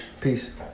Peace